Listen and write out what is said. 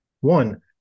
one